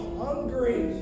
hungry